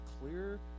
clear